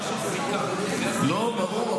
ההגדרה של זיקה, לא, ברור.